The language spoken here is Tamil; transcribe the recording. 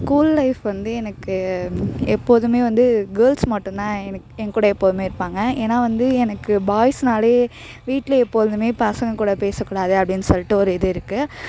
ஸ்கூல் லைஃப் வந்து எனக்கு எப்போதும் வந்து கேர்ள்ஸ் மட்டுந்தான் எனக்கு எங்கூட எப்போதும் இருப்பாங்க ஏன்னா வந்து எனக்கு பாய்ஸ்னாலே வீட்டில் எப்போதும் பசங்கக்கூட பேசக்கூடாது அப்டின்னு சொல்லிட்டு ஒரு இது இருக்குது